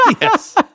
Yes